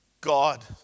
God